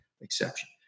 exception